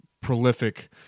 prolific